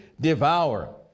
devour